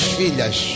filhas